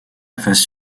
phase